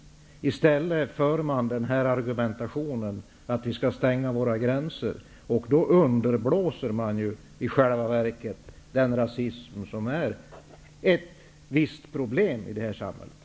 I stället för man fram argumentationen att vi skall stänga våra gränser. Då underblåser man i själva verket den rasism som är ett visst problem i det här samhället.